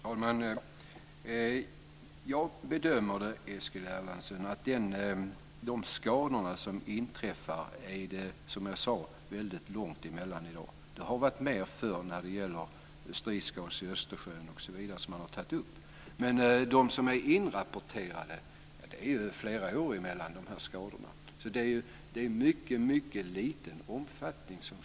Fru talman! Jag bedömer, Eskil Erlandsson, att det i dag är väldigt långt mellan de skador som inträffar. Eskil Erlandsson har varit med förr när det gällt stridsgas som man tagit upp i Östersjön. Men de skador som är inrapporterade är det flera år mellan. Detta sker i mycket liten omfattning.